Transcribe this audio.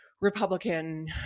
Republican